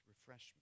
refreshment